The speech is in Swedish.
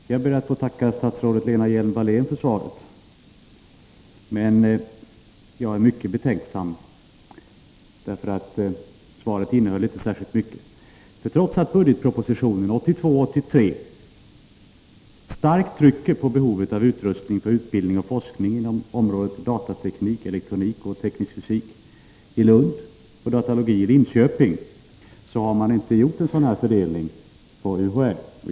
Herr talman! Jag ber att få tacka statsrådet Lena Hjelm-Wallén för svaret. Men jag är mycket betänksam, därför att svaret innehöll inte särskilt mycket. Trots att man i budgetpropositionen 1982/83 starkt trycker på behovet av utrustning för utbildning och forskning inom området datateknik, elektronik och teknisk fysik i Lund samt datalogi i Linköping har man inte gjort en sådan här fördelning för UHÄ.